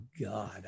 God